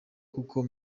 kuko